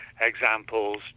examples